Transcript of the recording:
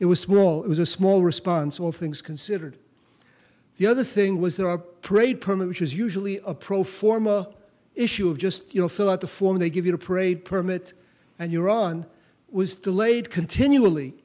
small it was a small response all things considered the other thing was there are parade permit which is usually a pro forma issue of just you know fill out the form they give you a parade permit and you're on was delayed continually